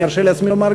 אני ארשה לעצמי לומר,